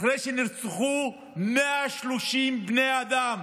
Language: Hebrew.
אחרי שנרצחו 130 בני אדם